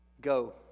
go